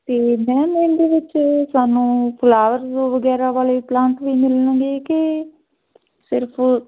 ਅਤੇ ਮੈਮ ਇਹਦੇ ਵਿੱਚ ਸਾਨੂੰ ਫਲਾਵਰਸ ਵਗੈਰਾ ਵਾਲੇ ਪਲਾਂਟ ਵੀ ਮਿਲਣਗੇ ਕਿ ਸਿਰਫ